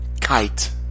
Kite